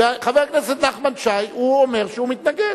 וחבר הכנסת נחמן שי אומר שהוא מתנגד.